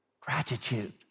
Gratitude